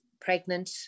pregnant